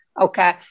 Okay